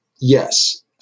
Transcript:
Yes